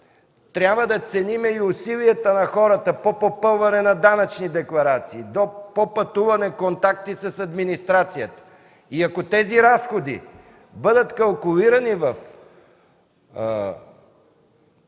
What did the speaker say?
трябва да ценим и усилията на хората по попълване на данъчни декларации, по пътуване и контакти с администрацията. Ако тези разходи бъдат калкулирани в